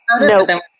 No